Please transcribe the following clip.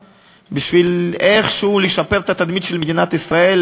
בשביל איכשהו לשפר את התדמית של מדינת ישראל,